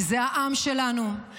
כי זה העם שלנו,